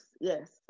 yes